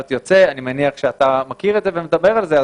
אני מניח שאתה מכיר את זה ומדבר על זה.